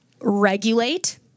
regulate